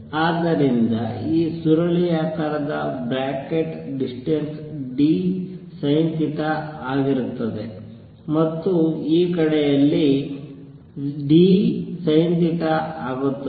ಆದ್ದರಿಂದ ಈ ಸುರುಳಿಯಾಕಾರದ ಬ್ರಾಕೆಟ್ ಡಿಸ್ಟೆನ್ಸ್ dSinθ ಆಗಿರುತ್ತದೆ ಮತ್ತು ಈ ಕಡೆಯಲ್ಲಿ dSinθ ಆಗುತ್ತದೆ